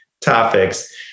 topics